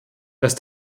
dass